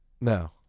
No